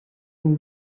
him